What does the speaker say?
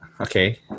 Okay